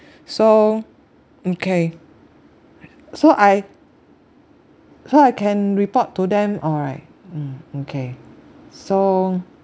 so mm K so I so I can report to them alright mm mm okay so